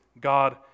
God